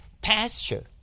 pasture